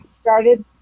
started